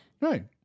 right